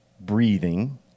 breathing